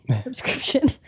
subscription